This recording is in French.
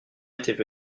étaient